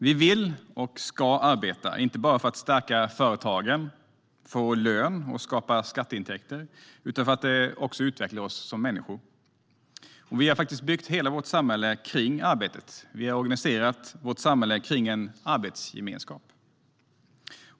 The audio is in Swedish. Vi vill och ska arbeta, inte bara för att stärka företagen, få lön och skapa skatteintäkter utan också för att det utvecklar oss som människor. Och vi har faktiskt byggt hela vårt samhälle kring arbetet. Vi har organiserat vårt samhälle kring en arbetsgemenskap.